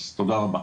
אז תודה רבה.